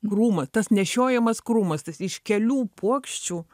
krūma tas nešiojamas krūmas tas iš kelių puokščių